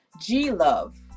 G-Love